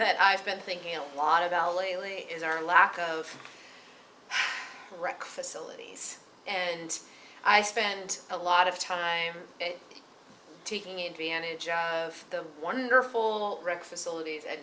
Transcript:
that i've been thinking a lot of l a really is our lack of correct facilities and i spend a lot of time taking advantage of the wonderful oreck facilities a